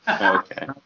Okay